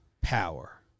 Power